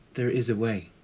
there is a way.